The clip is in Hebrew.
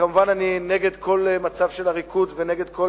וכמובן אני נגד כל מצב של עריקות ונגד כל